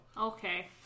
Okay